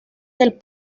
del